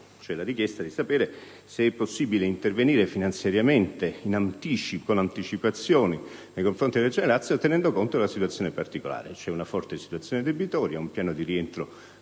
chiediamo di sapere se è possibile intervenire finanziariamente con anticipazioni nei confronti della Regione Lazio, tenendo conto che la situazione è particolare: c'è una forte esposizione debitoria ed è previsto un piano di rientro